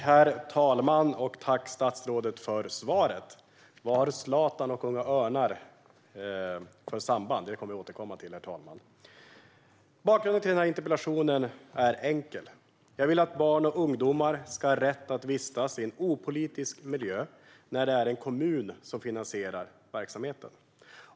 Herr talman! Tack, statsrådet, för svaret! Vad har Zlatan och Unga Örnar för samband? Det kommer jag att återkomma till. Bakgrunden till interpellationen är enkel: Jag vill att barn och ungdomar ska ha rätt att vistas i en opolitisk miljö när det är en kommun som finansierar verksamheten.